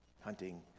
hunting